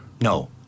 No